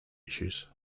issues